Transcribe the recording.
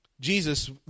Jesus